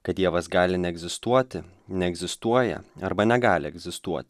kad dievas gali neegzistuoti neegzistuoja arba negali egzistuot